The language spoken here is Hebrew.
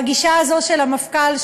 והגישה הזו של המפכ"ל,